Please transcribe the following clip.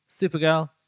Supergirl